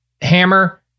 hammer